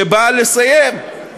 שבא לסיים.